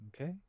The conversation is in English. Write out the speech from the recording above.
Okay